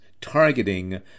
targeting